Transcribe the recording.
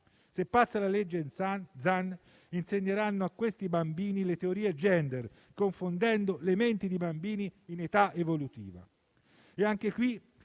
Se passa la legge Zan, si insegneranno a questi bambini le teorie gender, confondendo le menti di bambini in età evolutiva.